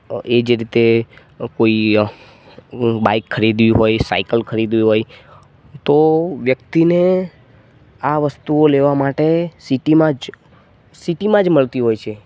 એ જ રીતે કોઈ બાઈક ખરીદવી હોય સાયકલ ખરીદવી હોય તો વ્યક્તિને આ વસ્તુઓ લેવા માટે સિટિમાં જ સિટિમાં જ મળતી હોય છે